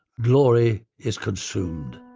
glory is consumed.